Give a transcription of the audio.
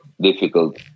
difficult